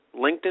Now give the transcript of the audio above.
LinkedIn